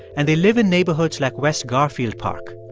and they live in neighborhoods like west garfield park.